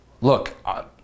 Look